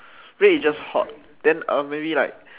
red is just hot than maybe like